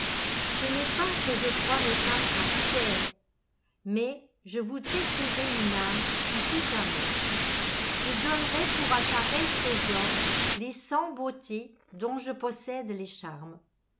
ce n'est pas que je croie mes femmes infidèles mais je voudrais trouver une âme qui fût à moi je donnerais pour un pareil trésor les cent beautés dont je possède les charmes